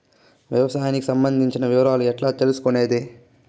వ్యవసాయానికి సంబంధించిన వివరాలు ఎట్లా తెలుసుకొనేది?